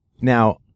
Now